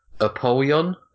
Apollyon